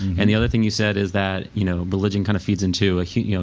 and the other thing you said is that, you know, religion kind of fits into, you know,